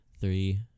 three